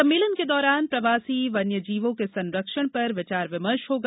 सम्मेलन के दौरान प्रवासी वन्यजीवों के संरक्षण पर विचार विमर्श होगा